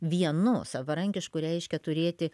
vienu savarankišku reiškia turėti